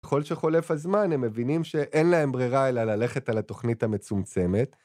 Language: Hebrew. ככל שחולף הזמן הם מבינים שאין להם ברירה אלא ללכת על התוכנית המצומצמת.